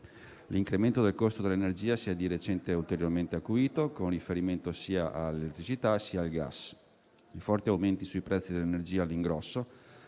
L'incremento del costo dell'energia si è di recente ulteriormente acuito, con riferimento sia all'elettricità sia al gas. I forti aumenti sui prezzi dell'energia all'ingrosso